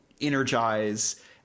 energize